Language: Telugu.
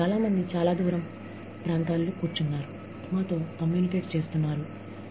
చాలా దూర ప్రాంతాలలో చాలా మంది ప్రజలు మాతో కమ్యూనికేట్ చేయడాన్ని చూస్తున్నారు